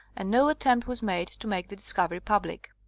and no attempt was made to make the discovery public.